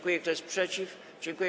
Kto jest przeciw?